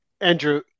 Andrew